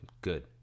good